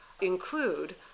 include